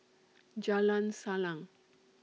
Jalan Salang